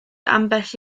ambell